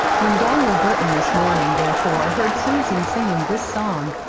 when daniel burton, this morning, therefore, heard susan singing this song,